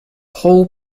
whole